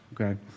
okay